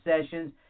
Sessions